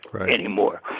anymore